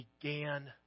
began